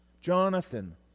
Jonathan